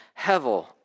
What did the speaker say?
hevel